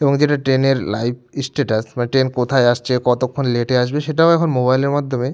এবং যেটা ট্রেনের লাইভ স্টেটাস মানে ট্রেন কোথায় আসছে কতক্ষণ লেটে আসবে সেটাও এখন মোবাইলের মাধ্যমে